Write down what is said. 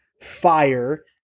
fire